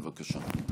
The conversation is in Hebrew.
בבקשה.